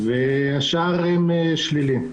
והשאר הם שלילי.